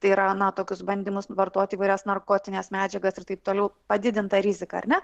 tai yra na tokius bandymus vartoti įvairias narkotines medžiagas ir taip toliau padidintą riziką ar ne